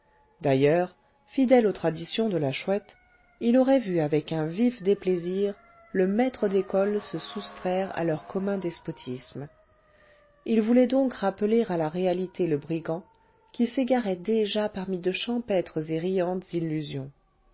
d'ailleurs fidèle aux traditions de la chouette il aurait vu avec un vif déplaisir le maître d'école se soustraire à leur commun despotisme il voulait donc rappeler à la réalité le brigand qui s'égarait déjà parmi de champêtres et riantes illusions